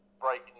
breaking